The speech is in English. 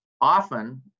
often